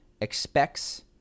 expects